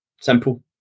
Simple